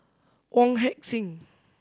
Wong Heck Sing